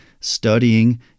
studying